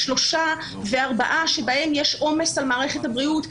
ושלושה וארבעה שבהם יש עומס על מערכת הבריאות.